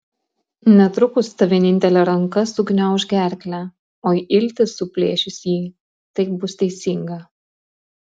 netrukus ta vienintelė ranka sugniauš gerklę o iltys suplėšys jį taip bus teisinga